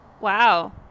Wow